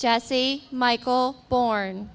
jesse michael born